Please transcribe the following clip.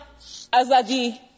Azadi